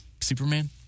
Superman